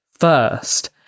first